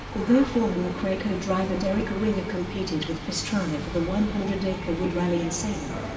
although former mcrae co-driver derek ringer competed with pastrana for the one hundred acre wood rally in salem,